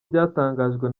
byatangajwe